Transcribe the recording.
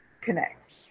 connect